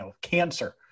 cancer